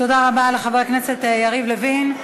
תודה רבה לחבר הכנסת יריב לוין.